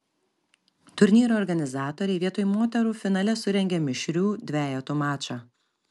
turnyro organizatoriai vietoj moterų finale surengė mišrių dvejetų mačą